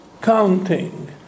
counting